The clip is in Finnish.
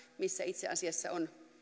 missä itse asiassa on